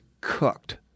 cooked